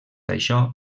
això